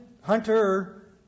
hunter